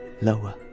lower